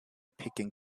picking